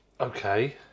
Okay